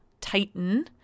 titan